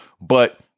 but-